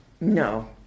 No